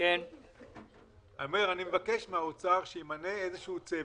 אני מבקש מהאוצר שימנה איזשהו צוות,